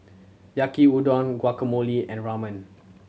Yaki Udon Guacamole and Ramen